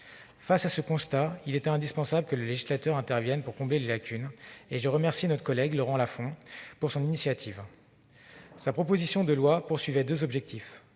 Face à ce constat, il est indispensable que le législateur intervienne pour combler ces lacunes. Je remercie donc notre collègue Laurent Lafon de son initiative. Sa proposition de loi fixait deux objectifs